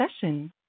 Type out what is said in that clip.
session